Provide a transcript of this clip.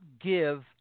give